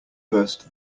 burst